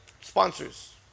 sponsors